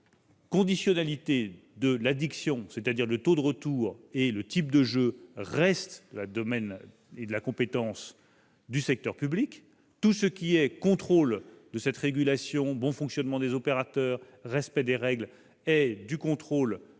est conditionnalité de l'addiction, c'est-à-dire le taux de retour et le type de jeu, reste du domaine et de la compétence du secteur public. Tout ce qui est contrôle de cette régulation, bon fonctionnement des opérateurs et respect des règles relève du contrôle de cette autorité